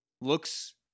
Looks